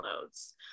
loads